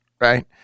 right